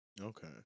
Okay